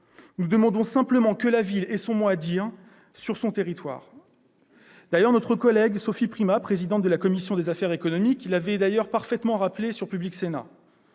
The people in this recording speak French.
Nous demandons simplement que la ville ait son mot à dire sur son territoire. Notre collègue Sophie Primas, présidente de la commission des affaires économiques, l'a d'ailleurs parfaitement rappelé sur Public Sénat